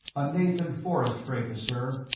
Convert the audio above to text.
a nathan forrest fracas, sir.